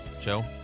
Joe